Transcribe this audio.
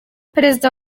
perezida